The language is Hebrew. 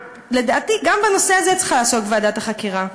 לדעתי, גם בנושא הזה צריכה לעסוק ועדת החקירה.